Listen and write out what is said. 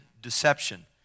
deception